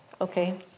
okay